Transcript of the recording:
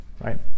right